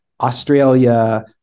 Australia